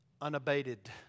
unabated